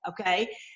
okay